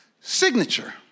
signature